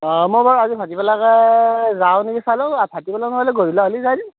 অঁ মই বাৰু আজি ভাতিবেলাকে যাওঁ নেকি চাই লওঁ ভাতিবেলা নহলে গধূলা হলিওঁ যাই দিম